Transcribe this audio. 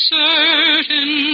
certain